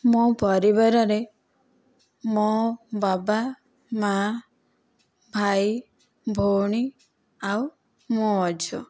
ମୋ ପରିବାରରେ ମୋ ବାବା ମାଆ ଭାଇ ଭଉଣୀ ଆଉ ମୁଁ ଅଛୁ